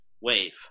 wave